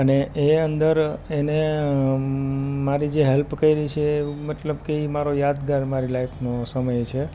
અને એ અંદર એને મારી જે હેલ્પ કરી છે એવું મતલબ કે એ મારો યાદગાર મારી લાઇફનો સમય છે